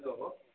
hello